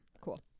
cool